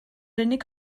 unig